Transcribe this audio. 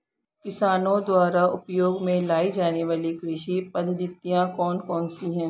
किसानों द्वारा उपयोग में लाई जाने वाली कृषि पद्धतियाँ कौन कौन सी हैं?